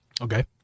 Okay